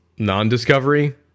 Non-discovery